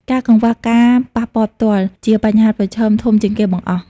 ការកង្វះការប៉ះពាល់ផ្ទាល់ ជាបញ្ហាប្រឈមធំជាងគេបង្អស់។